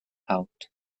out